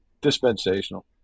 dispensational